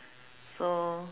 so